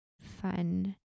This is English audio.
fun